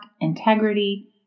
integrity